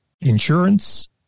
insurance